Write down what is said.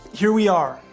here we are,